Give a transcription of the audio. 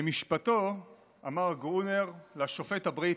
במשפטו אמר גרונר לשופט הבריטי: